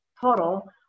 total